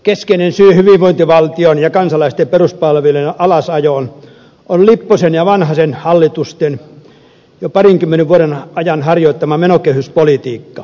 keskeinen syy hyvinvointivaltion ja kansalaisten peruspalvelujen alasajoon on lipposen ja vanhasen hallitusten jo parinkymmenen vuoden ajan harjoittama menokehyspolitiikka